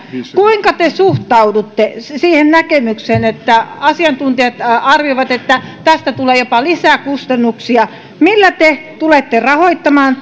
kuinka te suhtaudutte siihen näkemykseen että asiantuntijat arvioivat että tästä tulee jopa lisäkustannuksia millä te tulette rahoittamaan